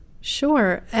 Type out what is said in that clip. Sure